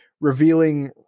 revealing